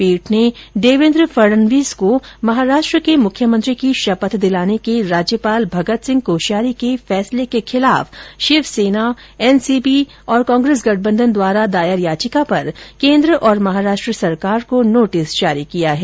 पीठ ने देवेन्द्र फडणवीस को महाराष्ट्र के मुख्यमंत्री की शपथ दिलाने के राज्यपाल भगत सिंह कोश्यारी के फैसले के खिलाफ शिवसेना एनसीपी कांग्रेस गठबंधन द्वारा दायर याचिका पर केन्द्र और महाराष्ट्र सरकार को नोटिस जारी किया है